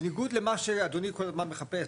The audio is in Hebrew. בניגוד למה שאדוני כל הזמן מחפש,